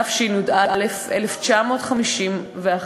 התשי"א 1951,